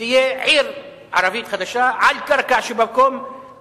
שתהיה עיר ערבית חדשה על קרקע שבמקום,